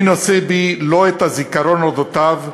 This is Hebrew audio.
אני נושא בי לא את הזיכרון אודותיו,